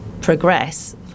progress